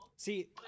See